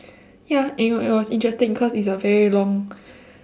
ya it was it was interesting cause it's a very long